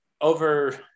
over